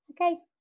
Okay